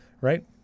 Right